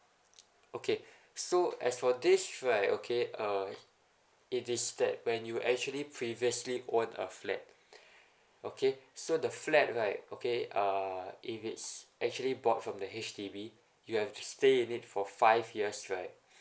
okay so as for this right okay uh it is that when you actually previously own a flat okay so the flat right okay uh if it's actually bought from the H_D_B you have to stay in it for five years right